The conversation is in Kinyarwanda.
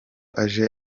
aje